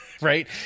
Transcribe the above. right